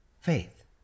Faith